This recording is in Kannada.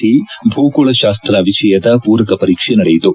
ಸಿ ಭೂಗೋಳಶಾಸ್ತ ವಿಷಯದ ಪೂರಕ ಪರೀಕ್ಷೆ ನಡೆಯಿತು